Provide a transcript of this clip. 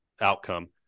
outcome